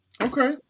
Okay